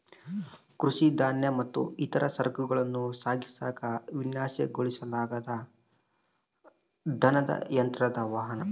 ಕೃಷಿ ಧಾನ್ಯ ಮತ್ತು ಇತರ ಸರಕುಗಳನ್ನ ಸಾಗಿಸಾಕ ವಿನ್ಯಾಸಗೊಳಿಸಲಾದ ದನದ ಯಂತ್ರದ ವಾಹನ